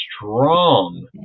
strong